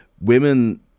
Women